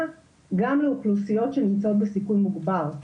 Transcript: גם לאוכלוסיות שנמצאות בסיכון מוגבר.